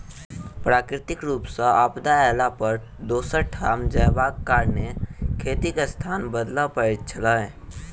प्राकृतिक रूप सॅ आपदा अयला पर दोसर ठाम जायबाक कारणेँ खेतीक स्थान बदलय पड़ैत छलै